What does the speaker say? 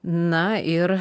na ir